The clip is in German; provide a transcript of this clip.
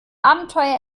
abenteuer